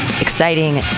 Exciting